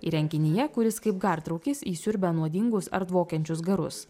įrenginyje kuris kaip gartraukis įsiurbia nuodingus ar dvokiančius garus